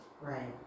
Right